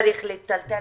צריך להיטלטל